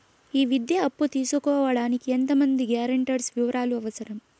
ఈ విద్యా అప్పు తీసుకోడానికి ఎంత మంది గ్యారంటర్స్ వివరాలు అవసరం?